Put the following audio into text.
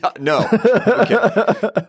no